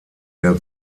der